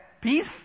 Peace